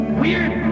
weird